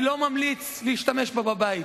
אני לא ממליץ להשתמש בה בבית.